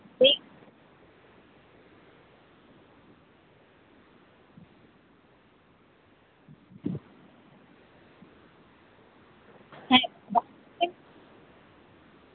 আর আর দুটো জামার আমার বোতামগুলা ছিঁড়ে গেছে বা আমাদের কাছে সে বোতামও আর নেই তাহলে আপনার কাছে কি বোতাম পাওয়া যাবে তাহলে আপনার কাছেই বোতাম কিনে আমি আপনাকেই লাগাতে দিতাম আর কি বুঝলেন